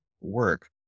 work